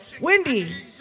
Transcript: Wendy